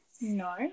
No